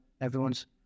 everyone's